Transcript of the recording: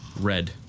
red